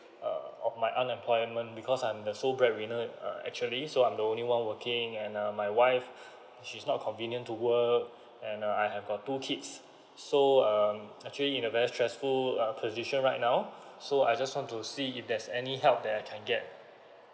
err of my unemployment because I'm the sole bread winner uh actually so I'm the only one working and um my wife she's not convenient to work and uh I have got two kids so um actually in a very stressful uh position right now so I just want to see if there's any help that I can get